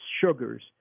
sugars